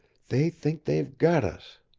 they think they've got us!